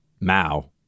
Mao